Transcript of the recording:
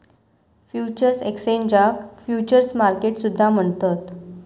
futures एक्सचेंजाक futures market सुद्धा म्हणतत